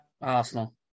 Arsenal